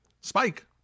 Spike